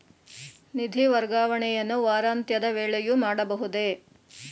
ನಿಧಿ ವರ್ಗಾವಣೆಯನ್ನು ವಾರಾಂತ್ಯದ ವೇಳೆಯೂ ಮಾಡಬಹುದೇ?